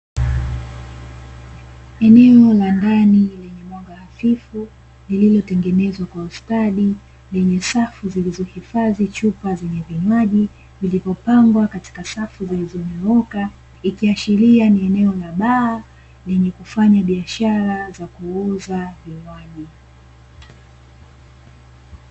Eneo la ndani lenye mwanga hafifu, liliotengenezwa kwa ustadi, lenye safu zilizohifadhi chupa zenye vinywaji, zilizopangwa katika safu zilizonyooka, ikiashiria kuwa ni eneo la baa lenye kufanya biashara ya kuuza Vinywaji.